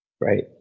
Right